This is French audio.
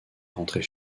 rentrer